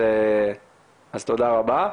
אז תודה רבה.